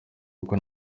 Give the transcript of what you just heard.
kuko